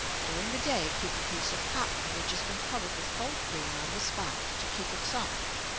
during the day keep a piece of cotton which has been covered with cold cream on the spot to keep it soft.